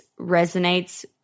resonates